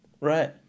Right